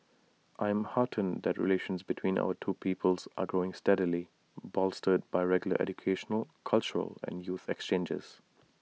I am heartened that relations between our two peoples are growing steadily bolstered by regular educational cultural and youth exchanges